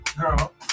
girl